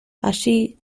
allí